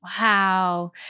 Wow